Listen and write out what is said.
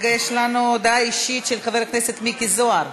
לנו הודעה אישית של חבר הכנסת מיקי זוהר.